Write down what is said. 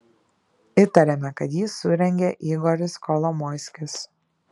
įtariame kad jį surengė igoris kolomoiskis